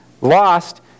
lost